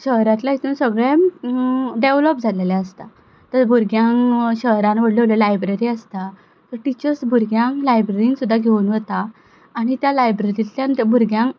शहरांतल्या हितून सगळे डेविलोप जालेलें आसता थंय भुरग्यांक शहरां व्हडल्यो व्हडल्यो लायबरी आसता थंय टिचर्स भुरग्यांक लायब्ररीन सुद्दां घेवन वता आनी त्या लायब्ररींतल्यान भुरग्यांक